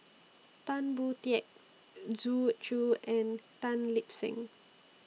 Tan Boon Teik Zhu Xu and Tan Lip Seng